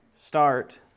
Start